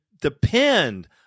depend